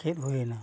ᱪᱮᱫ ᱦᱩᱭᱱᱟ